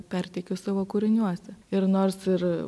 perteikiu savo kūriniuose ir nors ir